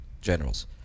generals